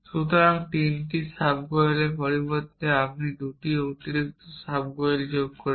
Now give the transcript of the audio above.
সুতরাং 3টি সাবগোয়েলের পরিবর্তে আপনি 2টি অতিরিক্ত সাবগোয়েল যোগ করেছেন